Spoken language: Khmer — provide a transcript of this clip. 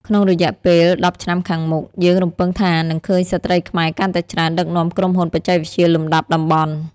ក្នុងរយៈពេល ១០ ឆ្នាំខាងមុខ យើងរំពឹងថានឹងឃើញស្ត្រីខ្មែរកាន់តែច្រើនដឹកនាំក្រុមហ៊ុនបច្ចេកវិទ្យាលំដាប់តំបន់។